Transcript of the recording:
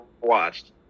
watched